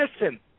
Listen